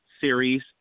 series